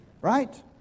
Right